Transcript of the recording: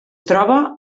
troba